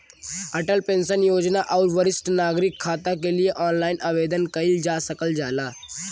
Atal pension योजना आउर वरिष्ठ नागरिक खाता के लिए ऑनलाइन आवेदन कइल जा सकल जाला